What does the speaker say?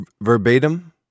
verbatim